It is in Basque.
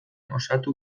osatu